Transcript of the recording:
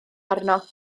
arno